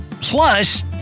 plus